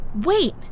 Wait